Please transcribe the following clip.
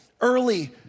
early